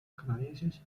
canadienses